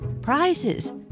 Prizes